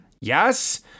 yes